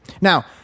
Now